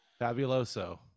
fabuloso